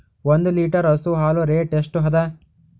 ಒಂದ್ ಲೀಟರ್ ಹಸು ಹಾಲ್ ರೇಟ್ ಎಷ್ಟ ಅದ?